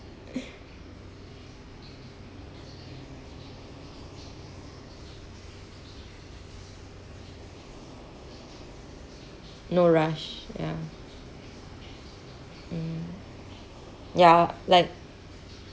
no rush ya mm ya like